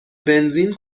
بنزین